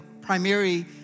primary